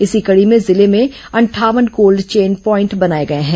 इसी कड़ी में जिले में अंठावन कोल्ड चेन प्वॉइंट बनाए गए हैं